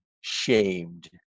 shamed